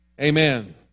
Amen